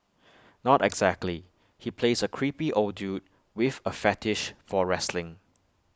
not exactly he plays A creepy old dude with A fetish for wrestling